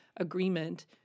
Agreement